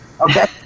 Okay